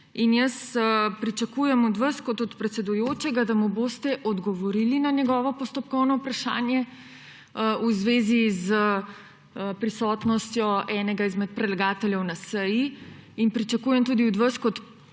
Jaz pričakujem od vas kot predsedujočega, da mu boste odgovorili na njegovo postopkovno vprašanje v zvezi s prisotnostjo enega izmed predlagateljev na seji. In pričakujem tudi od vas kot podpredsednika